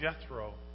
Jethro